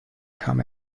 kam